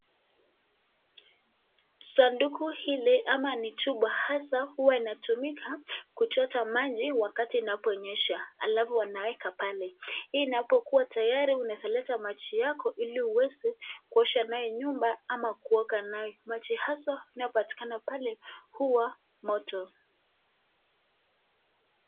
Sanduku hili ama ni chupa hasaa huwa inatumika kuchota maji wakati inapo nyesha alafu wanaweka pale. Hii inapokuwa tayari unaweza leta maji yako ili uweze kuosha nayo nyumba ama kuoga nayo maji haswa inayopatikana pale huwa moto.